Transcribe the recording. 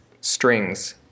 strings